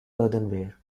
earthenware